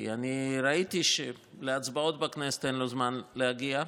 כי אני ראיתי שלהצבעות בכנסת אין לו זמן להגיע,